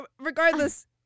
regardless